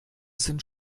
sind